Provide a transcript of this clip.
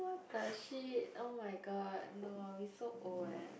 the shit oh-my-god no I will be so old eh